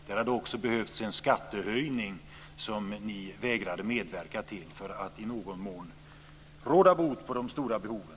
Där hade det också behövts en skattehöjning, som ni har vägrat att medverka till, för att i någon mån råda bot på de stora behoven.